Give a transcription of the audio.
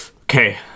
Okay